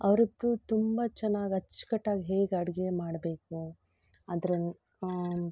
ಅವರಿಬ್ರು ತುಂಬ ಚೆನ್ನಾಗಿ ಅಚ್ಕಟಾಗಿ ಹೇಗೆ ಅಡುಗೆ ಮಾಡಬೇಕು ಅದನ್